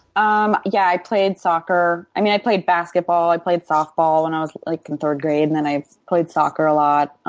um yeah, i played soccer. i mean, i played basketball, i played softball when i was like in third grade. and then i played soccer a lot.